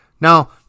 now